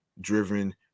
driven